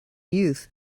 youth